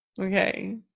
Okay